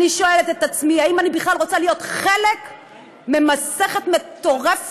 אני שואלת את עצמי אם אני רוצה להיות חלק ממסכת מטורפת,